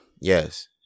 Yes